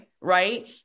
right